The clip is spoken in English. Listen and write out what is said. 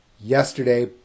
Yesterday